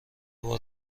بار